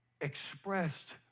expressed